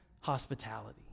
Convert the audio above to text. hospitality